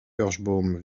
kirschbaum